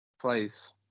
place